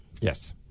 Yes